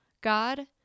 God